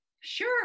Sure